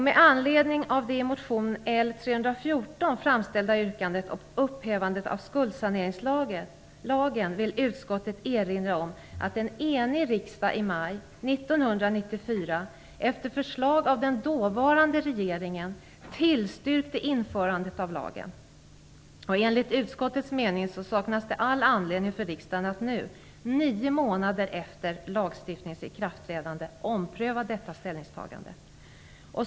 Med anledning av det i motion L314 framställda yrkandet om upphävandet av skuldsaneringslagen vill utskottet erinra om att en enig riksdag i maj 1994, efter förslag av den dåvarande regeringen, tillstyrkte införandet av lagen. Enligt utskottets mening saknas all anledning för riksdagen att nu - nio månader efter lagens ikraftträdande - ompröva detta ställningstagande.